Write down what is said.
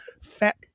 fat